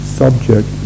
subject